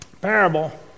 parable